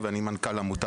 ונתחיל לעבוד